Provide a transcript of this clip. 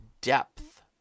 depth